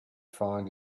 find